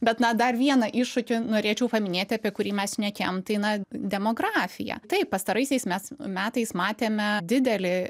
bet na dar vieną iššūkį norėčiau paminėti apie kurį mes šnekėjom tai na demografija taip pastaraisiais mes metais matėme didelį